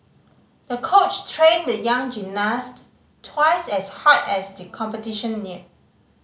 the coach trained the young gymnast twice as hard as the competition neared